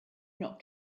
not